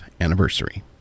anniversary